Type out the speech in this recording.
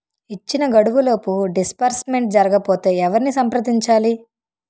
ఇచ్చిన గడువులోపు డిస్బర్స్మెంట్ జరగకపోతే ఎవరిని సంప్రదించాలి?